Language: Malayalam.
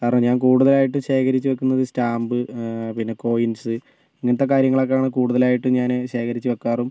കാരണം ഞാൻ കൂടുതലായിട്ട് ശേഖരിച്ച് വയ്ക്കുന്നത് സ്റ്റാമ്പ് പിന്നെ കോയിൻസ് ഇങ്ങനത്തെ കാര്യങ്ങളൊക്കെയാണ് കൂടുതലായിട്ടും ഞാന് ശേഖരിച്ച് വയ്ക്കാറും